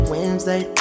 Wednesday